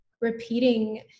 repeating